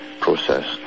process